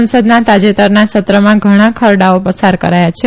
સંસદના તાજેતરના સત્રમાં ઘણા ખરડાઓ પસાર કરાયા છે